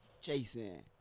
Jason